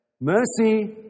Mercy